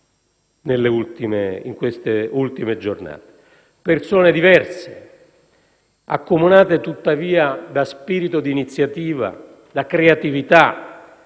Persone diverse, ma accomunate, tuttavia, da spirito di iniziativa, da creatività,